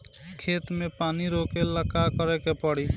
खेत मे पानी रोकेला का करे के परी?